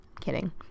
Kidding